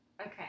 Okay